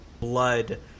blood